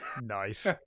nice